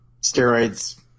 steroids